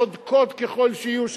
צודקות ככל שיהיו,